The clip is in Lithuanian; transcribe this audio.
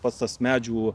pats tas medžių